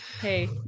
Hey